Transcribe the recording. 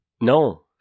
No